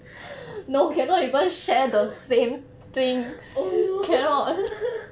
oh no